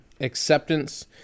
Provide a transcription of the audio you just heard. acceptance